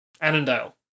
Annandale